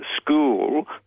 school